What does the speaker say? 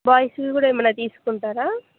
బాయ్స్వి కూడా ఏమన్నానా తీసుకుంటారా